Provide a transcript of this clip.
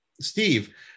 Steve